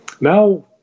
Now